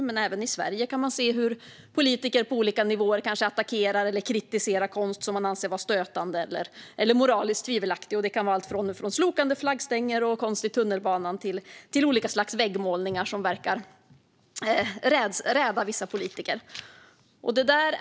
Men även i Sverige kan man se hur politiker på olika nivåer kanske attackerar eller kritiserar konst som de anser vara stötande eller moraliskt tvivelaktig. Det kan vara allt från slokande flaggstänger och konst i tunnelbanan till olika slags väggmålningar som vissa politiker verkar rädas.